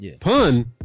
Pun